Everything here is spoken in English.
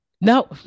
No